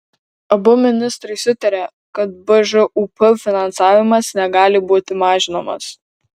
abu ministrai sutarė kad bžūp finansavimas negali būti mažinamas